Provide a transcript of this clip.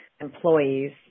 employees